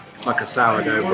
like a sour dough